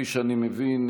כפי שאני מבין,